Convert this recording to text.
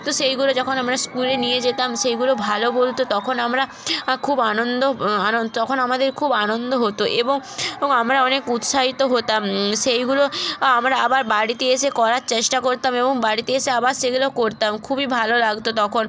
তো সেইগুলো আমরা যখন স্কুলে নিয়ে যেতাম সেইগুলো ভালো বলতো তখন আমরা খুব আনন্দ আনন তখন আমদের খুব আনন্দ হতো এবং অং আমরা অনেক উৎসাহিত হতাম সেইগুলো আমরা আবার বাড়িতে এসে করার চেষ্টা করতাম এবং বাড়িতে এসে আবার সেগুলো করতাম খুবই ভালো লাগতো তখন